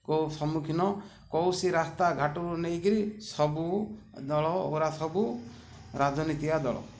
କୋଉ ସମ୍ମୁଖିନ କୌଣସି ରାସ୍ତାଘାଟରୁ ନେଇକିରି ସବୁ ରାଜନୀତିଆ ଦଳ